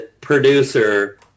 producer